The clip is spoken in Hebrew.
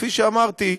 שכפי שאמרתי,